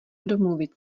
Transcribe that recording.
domluvit